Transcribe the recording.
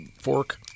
fork